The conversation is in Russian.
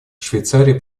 швейцария